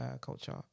culture